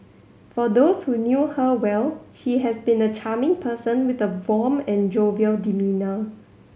for those who knew her well he has been a charming person with a warm and jovial demeanour